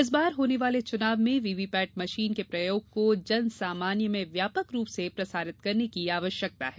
इस बार होने वाले चुनाव में वीवीपैट मशीन के प्रयोग को जन सामान्य में व्यापक रूप से प्रसारित करने की आवश्यकता है